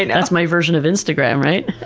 and that's my version of instagram, right?